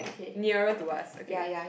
nearer to us okay